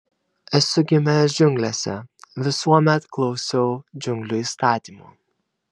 esu gimęs džiunglėse visuomet klausiau džiunglių įstatymų